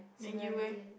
then you eh